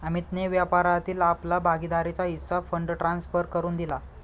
अमितने व्यापारातील आपला भागीदारीचा हिस्सा फंड ट्रांसफर करुन दिला